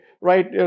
right